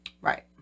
right